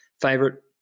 Favorite